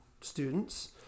students